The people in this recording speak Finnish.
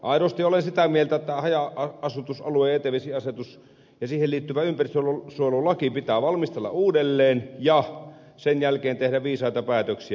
aidosti olen sitä mieltä että haja asutusalueen jätevesiasetus ja siihen liittyvä ympäristönsuojelulaki pitää valmistella uudelleen ja sen jälkeen tehdä viisaita päätöksiä